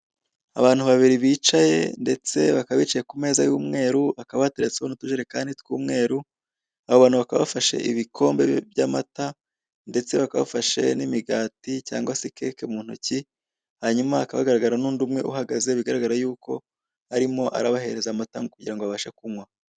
Abantu babiri bicaye ndetse bakaba bicaye ku meza y'umweru hakaba hateretsweho n'utujerekani tw'umweru abo bantu bakaba bafashe ibikombe by'amata ndetse bakaba bafashe n'imigati cyangwa se keke mu ntoki hanyuma hakaba hagaragara n'undi umwe uhagaze bigaragara yuko arimo arabahereza amata kugira ngo babashe kunywa.